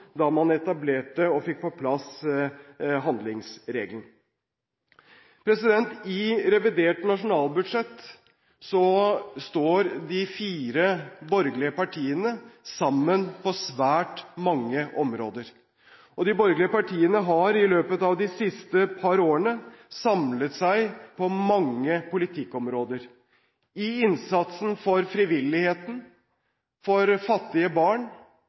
da man etablerte og fikk på plass handlingsregelen. I revidert nasjonalbudsjett står de fire borgerlige partiene sammen på svært mange områder. Og de borgerlige partiene har i løpet av de siste par årene samlet seg på mange politikkområder: i innsatsen for frivilligheten, for fattige barn,